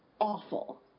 awful